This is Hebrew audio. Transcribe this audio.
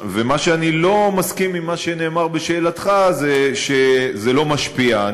מה שאני לא מסכים לו במה שנאמר בשאלתך זה שזה לא משפיע.